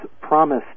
promise